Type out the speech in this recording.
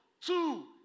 Two